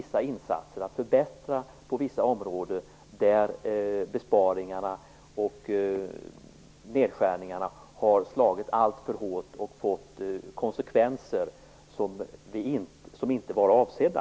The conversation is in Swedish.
Det gäller då att förbättra på vissa områden där besparingarna och nedskärningarna har slagit alltför hårt och fått konsekvenser som inte varit avsedda.